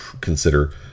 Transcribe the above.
consider